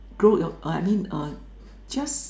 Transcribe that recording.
grow your I mean uh just